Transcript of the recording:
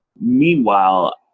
Meanwhile